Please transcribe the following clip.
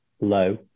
low